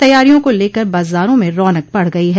तैयारियों को लेकर बाजारों में रौनक बढ़ गई है